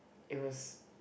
it was